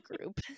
group